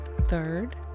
third